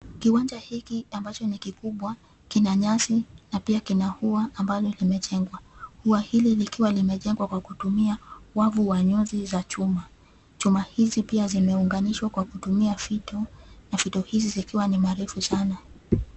Kiwanja hiki ambacho ni kikubwa, kina nyasi na pia kina ua ambalo limejengwa. Ua hili likiwa limejengwa kwa kutumia wavu wa nyuzi za chuma. Chuma hizi pia zimeunganishwa kwa kutumia fito na fito hizi zikiwa ni marefu sana.